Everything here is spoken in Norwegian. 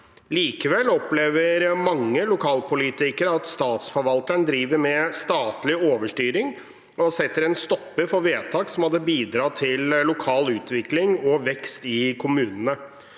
Likevel opplever mange lokalpolitikere at statsforvalteren driver med statlig overstyring og setter en stopper for vedtak som hadde bidratt til lokal utvikling og vekst i kommunene.